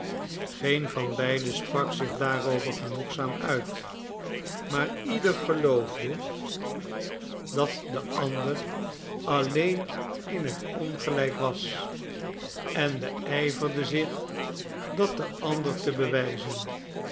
geen van beiden sprak zich daarover genoegzaam uit maar ieder geloofde dat de ander alleen in het ongelijk was en beijverde zich dat den ander te bewijzen